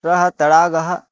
तरः तडागः